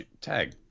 Tag